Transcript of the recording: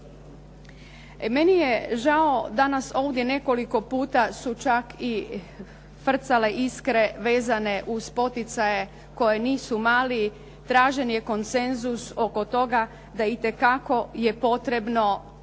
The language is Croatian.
Meni je žao danas ovdje nekoliko puta su čak frcale iskre vezane uz poticaje koji nisu mali, tražen je konsenzus oko toga da itekako je potrebno